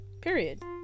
Period